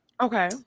okay